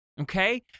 okay